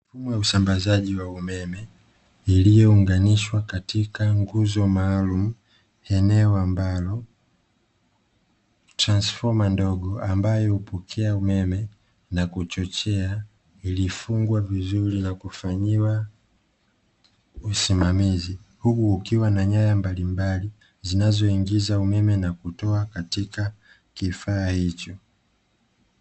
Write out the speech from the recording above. Huduma ya usambazaji wa umeme, iliyounganishwa katika nguzo maalumu. Eneo ambalo transfoma ndogo ambayo hupokea umeme na kuchochea, iliyofungwa vizuri na kufanyiwa usimamizi, huku kukiwa na nyaya mbalimbali zinazoingiza umeme na kutoa katika kifaa hicho.